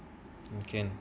you can